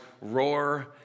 roar